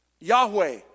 Yahweh